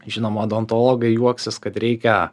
žinoma odontologai juoksis kad reikia